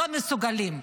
לא מסוגלים.